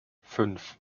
fünf